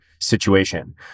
situation